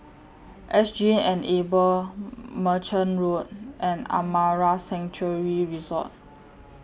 S G Enable Merchant Road and Amara Sanctuary Resort